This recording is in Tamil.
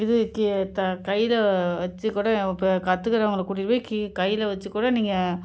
இது கி த கயிறை வெச்சு கூட இப்போ கற்றுக்கறவுங்கள கூட்டிகிட்டு போய் கி கையில் வைச்சி கூட நீங்கள்